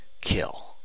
kill